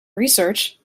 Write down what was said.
research